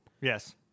Yes